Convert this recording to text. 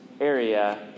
area